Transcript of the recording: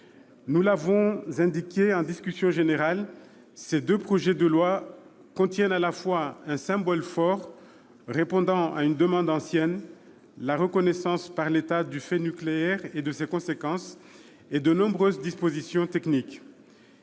nous l'avons indiqué au cours de la discussion générale : ces deux textes contiennent à la fois un symbole fort, répondant à une demande ancienne- la reconnaissance par l'État du fait nucléaire et de ses conséquences -, et de nombreuses dispositions techniques.